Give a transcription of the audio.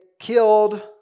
killed